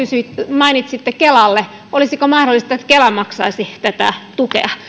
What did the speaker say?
mainitsitte olisiko mahdollista että kela maksaisi tätä tukea